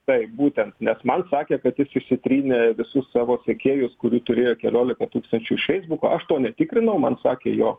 taip būtent nes man sakė kad jis išsitrynė visus savo sekėjus kurių turėjo keliolika tūkstančių iš feisbuko aš to netikrinau man sakė jo